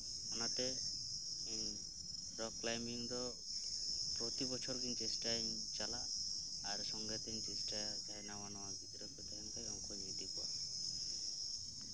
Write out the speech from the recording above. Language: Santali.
ᱚᱱᱟᱛᱮ ᱤᱧ ᱨᱚ ᱠᱞᱟᱭᱢᱤᱝ ᱫᱚ ᱯᱨᱚᱛᱤ ᱵᱚᱪᱷᱚᱨ ᱜᱤᱧ ᱪᱮᱥᱴᱟᱭᱟᱹᱧ ᱪᱟᱞᱟᱜ ᱟᱨ ᱥᱚᱝᱜᱮ ᱛᱤᱧ ᱪᱮᱥᱴᱟᱭᱟ ᱡᱟᱦᱟᱸᱭ ᱱᱟᱶᱟ ᱱᱟᱶᱟ ᱜᱤᱫᱽᱨᱟᱹ ᱠᱚ ᱛᱟᱦᱮᱱ ᱠᱷᱟᱱ ᱩᱱᱠᱩᱧ ᱤᱫᱤ ᱠᱚᱣᱟ